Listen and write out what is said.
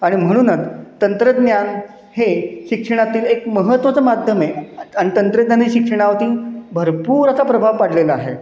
आणि म्हणूनच तंत्रज्ञान हे शिक्षणातील एक महत्त्वाचं माध्यम आहे आणि तंत्रज्ञाने शिक्षणावरती भरपूर असा प्रभाव पाडलेला आहे